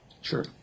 Sure